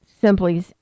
simply